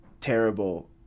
terrible